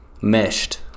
meshed